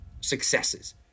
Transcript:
successes